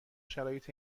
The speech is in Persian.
شرایط